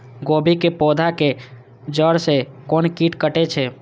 गोभी के पोधा के जड़ से कोन कीट कटे छे?